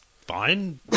fine